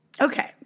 Okay